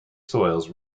soils